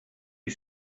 you